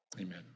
Amen